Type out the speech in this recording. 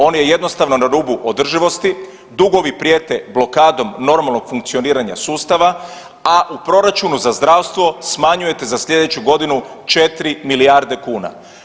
On je jednostavno na rubu održivosti, dugovi prijete blokadom normalnog funkcioniranja sustava, a u proračunu za zdravstvo smanjujete za sljedeću godinu 4 milijarde kuna.